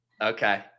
Okay